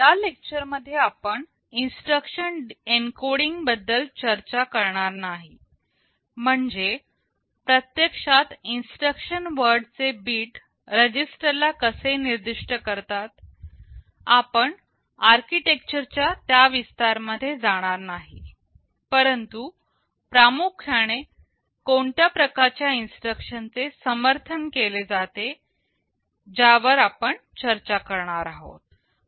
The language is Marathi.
या लेक्चर मध्ये आपण इन्स्ट्रक्शन एन्कोडींग बद्दल चर्चा करणार नाही म्हणजे प्रत्यक्षात इन्स्ट्रक्शन वर्ड चे बीट रजिस्टर ला कसे निर्दिष्ट करतात आपण आर्किटेक्चर च्या त्या विस्तार मध्ये जाणार नाही परंतु प्रामुख्याने कोणत्या प्रकारच्या इन्स्ट्रक्शन चे समर्थन केले जाते ज्यावर आपण चर्चा करणार आहे